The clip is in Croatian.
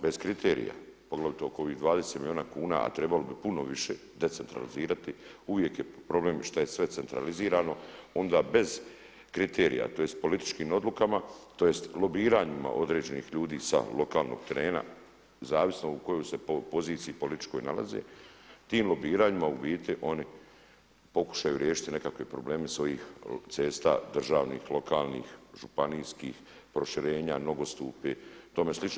Bez kriterija, poglavito oko ovih 20 milijuna kuna a trebalo bi puno više decentralizirati, uvijek je problem što je sve centralizirano, onda bez kriterija, tj. političkim odlukama, tj. lobiranjima određenih ljudi sa lokalnih terena zavisno u kojoj se poziciji političkoj nalaze tim lobiranjima u biti oni pokušaju riješiti nekakve probleme svojih cesta državnih, lokalnih, županijskih, proširenja, nogostupi, tome slično.